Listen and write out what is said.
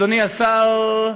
אדוני השר,